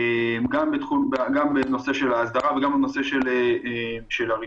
גם בנושא של ההסדרה, וגם בנושא של הרישוי,